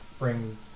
bring